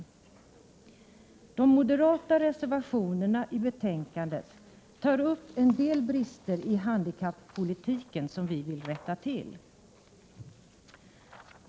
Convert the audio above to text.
I de moderata reservationerna i betänkandet tas en del brister i handikappolitiken upp, brister som vi vill rätta till.